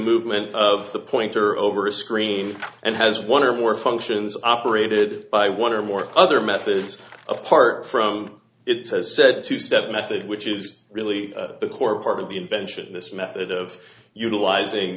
movement of the pointer over a screen and has one or more functions operated by one or more other methods apart from it has said to step method which is really the core part of the invention this method of utilizing